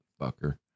Fucker